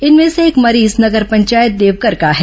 इनमें से एक मरीज नगर पंचायत देवकर का है